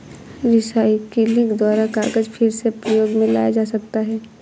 recycling द्वारा कागज फिर से प्रयोग मे लाया जा सकता है